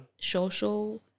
social